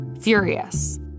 furious